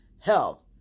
Health